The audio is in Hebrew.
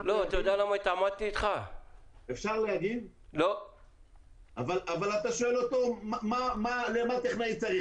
אתה שואל אותו למה טכנאי צריך.